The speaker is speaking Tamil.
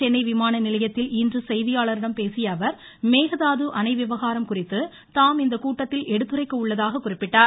சென்னை விமான நிலையத்தில் இன்று செய்தியாளர்களிடம் பேசிய அவர் மேகதாது அணை விவகாரம் குறித்து தாம் இந்தக் கூட்டத்தில் எடுத்துரைக்க உள்ளதாக குறிப்பிட்டார்